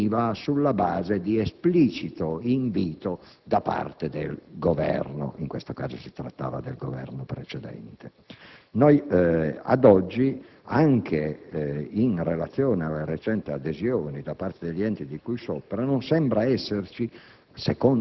avveniva sulla base di esplicito invito da parte del Governo (in questo caso, si trattava del Governo precedente). Ad oggi, anche in relazione alla recente adesione da parte degli enti di cui sopra, non sembra